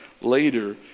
later